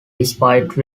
despite